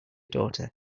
daughter